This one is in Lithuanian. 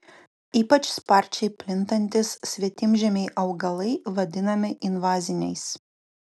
ypač sparčiai plintantys svetimžemiai augalai vadinami invaziniais